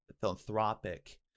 philanthropic